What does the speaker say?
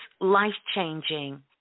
life-changing